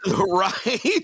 Right